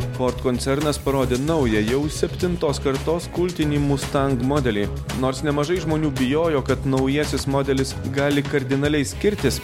ford koncernas parodė naują jau septintos kartos kultinį mustang modelį nors nemažai žmonių bijojo kad naujasis modelis gali kardinaliai skirtis